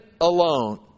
alone